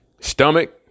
Stomach